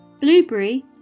Blueberry